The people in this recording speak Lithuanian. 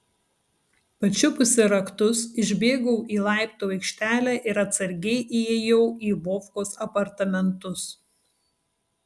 pačiupusi raktus išbėgau į laiptų aikštelę ir atsargiai įėjau į vovkos apartamentus